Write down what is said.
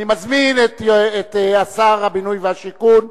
אני מזמין את שר הבינוי והשיכון,